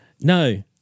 No